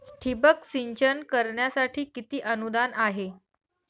ठिबक सिंचन करण्यासाठी किती अनुदान आहे?